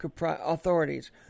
authorities